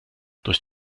durch